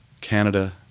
Canada